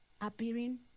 appearing